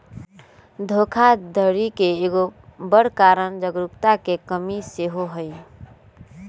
धोखाधड़ी के एगो बड़ कारण जागरूकता के कम्मि सेहो हइ